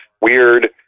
weird